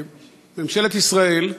ממשלת ישראל הודיעה,